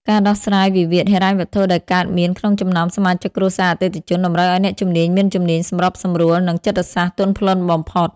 ការដោះស្រាយវិវាទហិរញ្ញវត្ថុដែលកើតមានក្នុងចំណោមសមាជិកគ្រួសារអតិថិជន តម្រូវឱ្យអ្នកជំនាញមានជំនាញសម្របសម្រួល និងចិត្តសាស្ត្រទន់ភ្លន់បំផុត។